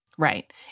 Right